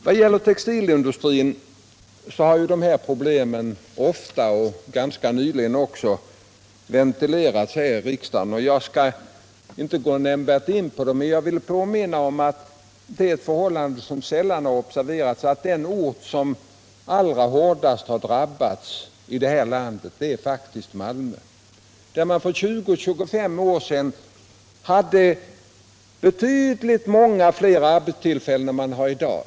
Vad gäller textilindustrin har ju de här problemen ofta, och även ganska nyligen, ventilerats i riksdagen. Jag skall därför inte gå närmare in på dem. Men jag vill påminna om det förhållandet — vilket sällan har observerats — att den ort i det här landet som allra hårdast har drabbats i textilkrisen faktiskt är Malmö, där man hade mångdubbelt fler arbetstillfällen för 20-25 år sedan i branschen än man har i dag.